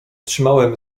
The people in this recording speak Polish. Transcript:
trzymałem